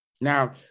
Now